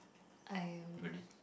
I am